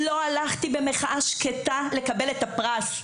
לא הלכתי במחאה שקטה לקבל את הפרס.